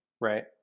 right